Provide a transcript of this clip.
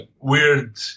weird